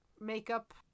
makeup